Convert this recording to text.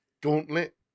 gauntlet